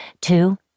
two-